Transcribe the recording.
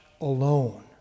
alone